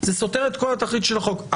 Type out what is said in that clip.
זה סותר כל התכלית של החוק.